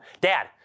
Dad